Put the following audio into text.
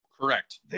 Correct